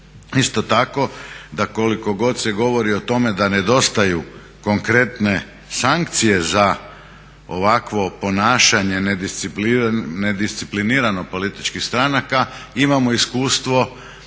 isto tako da koliko god se govori o tome da nedostaju konkretne sankcije za ovakvo ponašanje nedisciplinirano političkih stranaka, imamo iskustvo